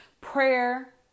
prayer